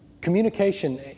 Communication